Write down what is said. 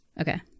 Okay